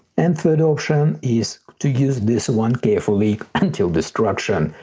and third option is to use this one carefully until destruction.